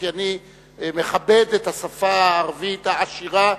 כי אני מכבד את השפה הערבית העשירה,